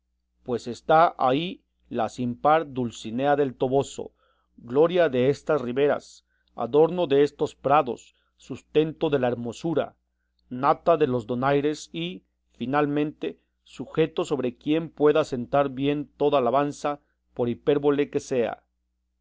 pues está ahí la sin par dulcinea del toboso gloria de estas riberas adorno de estos prados sustento de la hermosura nata de los donaires y finalmente sujeto sobre quien puede asentar bien toda alabanza por hipérbole que sea